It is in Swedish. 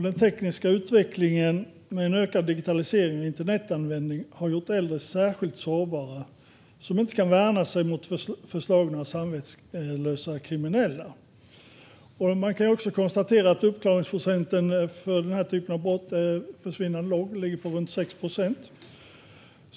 Den tekniska utvecklingen med en ökad digitalisering och internetanvändning har gjort äldre särskilt sårbara; de kan inte värna sig mot förslagna och samvetslösa kriminella. Man kan också konstatera att uppklaringsprocenten för den här typen av brott är försvinnande låg, runt 6 procent.